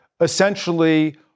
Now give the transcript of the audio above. essentially